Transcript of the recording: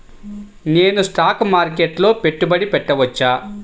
నేను స్టాక్ మార్కెట్లో పెట్టుబడి పెట్టవచ్చా?